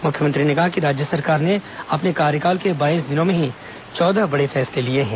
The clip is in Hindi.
मुख्यमंत्री ने कहा कि राज्य सरकार ने अपने कार्यकाल के बाईस दिनों में ही चौदह बड़े फैसले लिए हैं